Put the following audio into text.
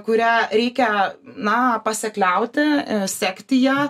kurią reikia na pasikliauti sekti ja